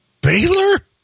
Baylor